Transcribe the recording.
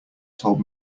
told